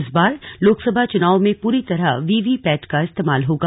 इस बार लोकसभा चुनाव में पूरी तरह वी वी पैट का इस्तेमाल होगा